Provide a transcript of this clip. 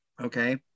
okay